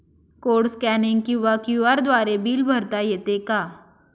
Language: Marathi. कोड स्कॅनिंग किंवा क्यू.आर द्वारे बिल भरता येते का?